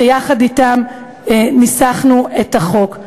שיחד אתם ניסחנו את החוק.